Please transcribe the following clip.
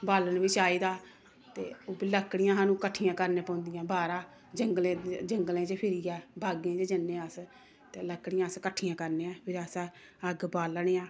बालन बी चाहिदा ते ओह् बी लक्कड़ियां सानूं कट्ठियां करनी पौंदियां बाहरा जंगलें जंगलें च फिरियै बागें च जन्ने अस ते लक्कड़ियां अस कट्ठियां करने आं फिर अस अग्ग बालने आं